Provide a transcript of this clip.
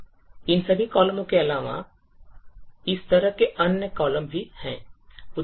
इन सभी कॉलमों के अलावा इस तरह के अन्य कॉलम भी हैं